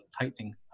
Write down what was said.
tightening